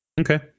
Okay